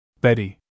Betty